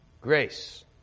grace